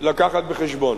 להביא בחשבון.